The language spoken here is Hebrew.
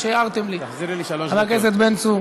בן צור,